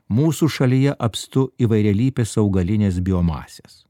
mūsų šalyje apstu įvairialypės augalinės biomasės